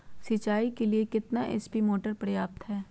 सिंचाई के लिए कितना एच.पी मोटर पर्याप्त है?